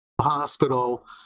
hospital